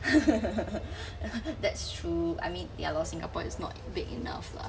that's true I mean ya lor singapore is not big enough lah